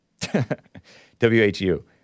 W-H-U